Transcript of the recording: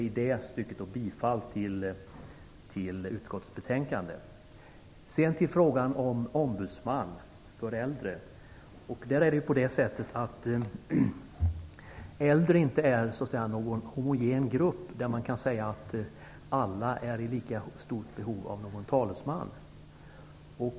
I det stycket yrkar jag bifall till utskottets hemställan. Sedan över till frågan om ombudsman för de äldre. Äldre är inte någon homogen grupp. Man kan inte säga att alla är i lika stort behov av en talesman.